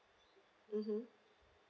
mm